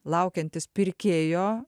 laukiantis pirkėjo